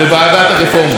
בוועדת הרפורמות.